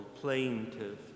plaintive